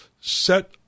Set